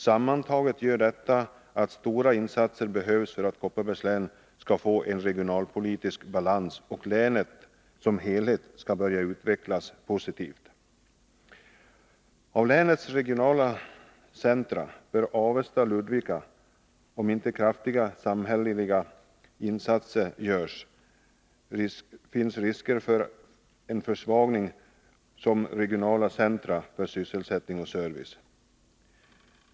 Sammantaget gör detta att stora insatser behövs för att Kopparbergs län skall få en regionalpolitisk balans och för att länet som helhet skall börja utvecklas positivt. Avlänets regionala centra löper Avesta och Ludvika risk att försvagas som regionala centra för sysselsättning och service, om inte kraftiga samhälleliga insatser görs.